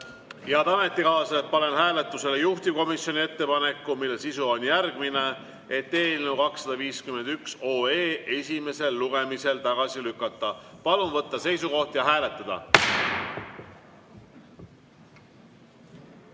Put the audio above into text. ametikaaslased, panen hääletusele juhtivkomisjoni ettepaneku, mille sisu on järgmine: eelnõu 251 esimesel lugemisel tagasi lükata. Palun võtta seisukoht ja hääletada!